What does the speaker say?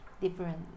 different